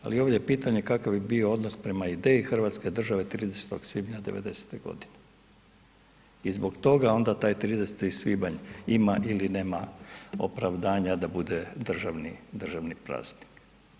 Ali ovdje je pitanje kakav je bio odnos prema ideji hrvatske države 30. svibnja '90. godine. i zbog toga onda taj 30. svibanj ima ili nema opravdanja da bude državni praznik.